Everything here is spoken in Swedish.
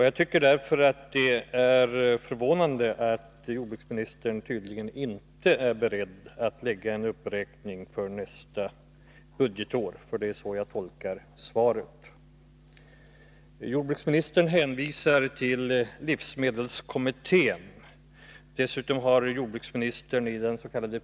Jag tycker därför att det är förvånande att jordbruksministern tydligen inte är beredd att föreslå en uppräkning för nästa budgetår — det är så jag tolkar svaret. Jordbruksministern hänvisar till livsmedelskommittén. Dessutom har jordbruksministern i dens.k.